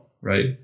right